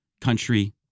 Country